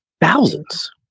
thousands